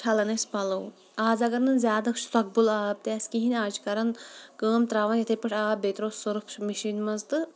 چھَلان ٲسۍ پَلَو آز اَگَر نہٕ زیادٕ سۄکھبُل آب تہٕ آسہِ کِہیٖنۍ آز چھِ کَران کٲم ترٛاوان یِتھے پٲٹھۍ آب بیٚیہِ ترٲو سٔرٕف مِشیٖنہِ مَنٛز تہٕ